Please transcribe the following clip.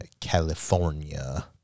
California